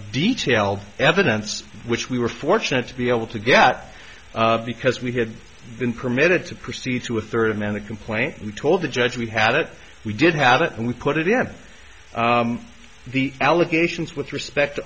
detailed evidence which we were fortunate to be able to get because we had been permitted to proceed to a third man the complaint we told the judge we had it we did have it and we put it in the allegations with respect